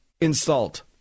insult